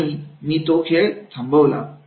आणि मी तो खेळ थांबवला